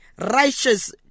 righteous